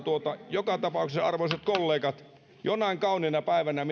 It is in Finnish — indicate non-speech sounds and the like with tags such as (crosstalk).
joka tapauksessa arvoisat kollegat minä toivoisin että jonain kauniina päivänä (unintelligible)